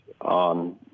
on